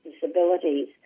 disabilities